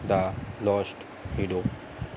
the lost hero